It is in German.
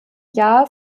jahr